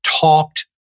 talked